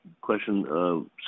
question